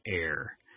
air